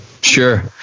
Sure